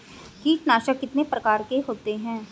कीटनाशक कितने प्रकार के होते हैं?